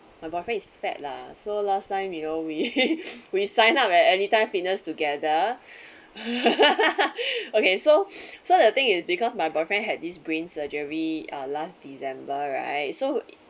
my boyfriend is fat lah so last time you know we we signed up at anytime fitness together okay so so the thing is because my boyfriend had this brain surgery uh last december right so